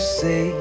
say